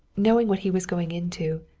knowing what he was going into,